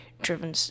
driven